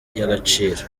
y’agaciro